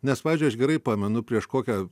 nes pavyzdžiui aš gerai pamenu prieš kokią